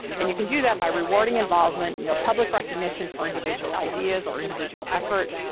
and you can do that by rewarding involvement, you know, public recognition for individual ideas or individual effort,